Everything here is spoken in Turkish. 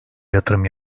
yatırım